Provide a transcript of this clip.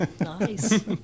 Nice